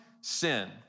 sin